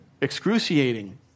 Excruciating